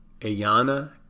Ayana